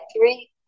three